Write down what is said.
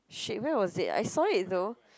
shit where was it I saw it though